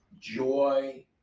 joy